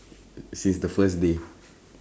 since the first day